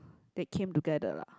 that came together lah